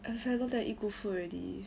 I feel like eat good food already